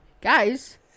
Guys